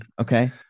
okay